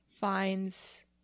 finds